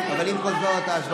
אני מבקש לאפשר לי לנהל את הדיון.